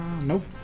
Nope